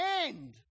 end